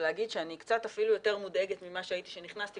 ולהגיד שאני קצת אפילו יותר מודאגת ממה שהייתי כשנכנסתי,